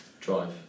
drive